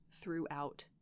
throughout